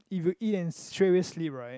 if you eat and straight away sleep right